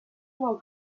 more